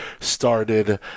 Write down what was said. started